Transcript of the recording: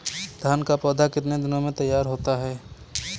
धान का पौधा कितने दिनों में तैयार होता है?